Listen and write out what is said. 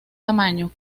tamaño